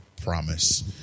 promise